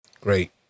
Great